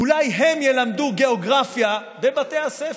אולי הם ילמדו גיאוגרפיה בבתי הספר?